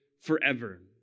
forever